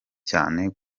cyane